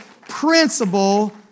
principle